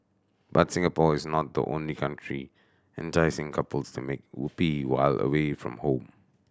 but Singapore is not the only country enticing couples to make whoopee while away from home